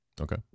Okay